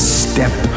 step